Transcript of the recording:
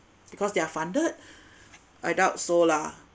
because they're funded I doubt so lah